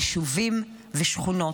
יישובים ושכונות.